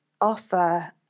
offer